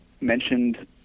mentioned